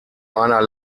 einer